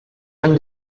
and